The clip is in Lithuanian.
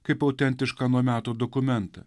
kaip autentišką ano meto dokumentą